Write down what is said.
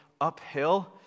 uphill